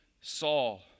Saul